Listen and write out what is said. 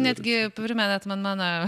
netgi primenat man mano